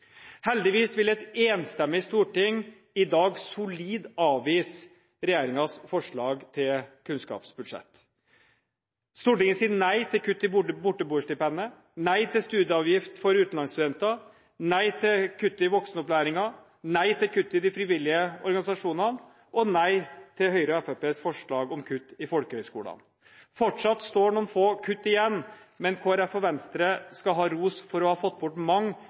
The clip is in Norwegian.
Heldigvis vil et enstemmig storting i dag solid avvise regjeringens forslag til kunnskapsbudsjett. Stortinget sier nei til kutt i borteboerstipendet, nei til studieavgift for utenlandsstudenter, nei til kutt i voksenopplæringen, nei til kutt i de frivillige organisasjonene og nei til Høyres og Fremskrittspartiets forslag om kutt i folkehøyskolene. Fortsatt står noen få kutt igjen, men Kristelig Folkeparti og Venstre skal ha ros for å ha fått bort